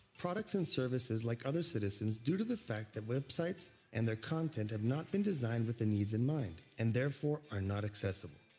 products and services like other citizens due to the fact that websites and their content have not been designed with their needs in mind and therefore are not accessible.